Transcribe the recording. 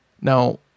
Now